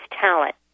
talent